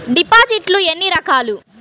డిపాజిట్లు ఎన్ని రకాలు?